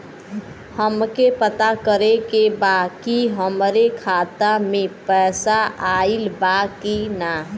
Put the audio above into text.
हमके पता करे के बा कि हमरे खाता में पैसा ऑइल बा कि ना?